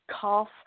cough